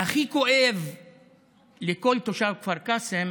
והכי כואב לכל תושב כפר קאסם